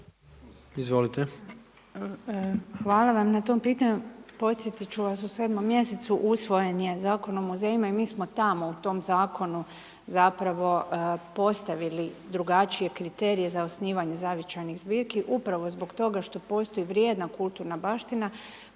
Nina** Hvala vam na tom pitanju. Podsjetit ću vas, u 7. mjesecu usvojen je Zakon o muzejima i mi smo tamo u tom zakonu zapravo postavili drugačije kriterije za osnivanje zavičajnih zbirki upravo zbog toga što postoji vrijedna kulturna baština